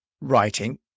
writing